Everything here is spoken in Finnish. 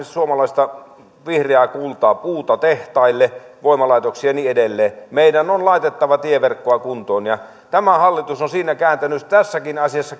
suomalaista vihreää kultaa puuta tehtaille voimalaitoksiin ja niin edelleen meidän on laitettava tieverkkoa kuntoon tämä hallitus on siinä kääntänyt tässäkin asiassa